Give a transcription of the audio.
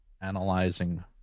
analyzing